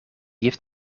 heeft